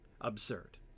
Absurd